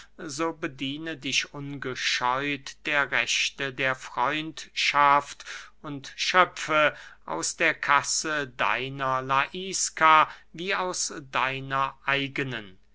bediene dich ungescheut der rechte der freundschaft und schöpfe aus der kasse deiner laiska wie aus deiner eigenen